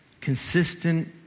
consistent